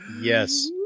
Yes